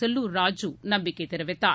செல்லூர் ராஜு நம்பிக்கைதெரிவித்தார்